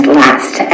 last